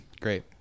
Great